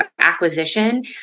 acquisition